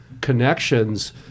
connections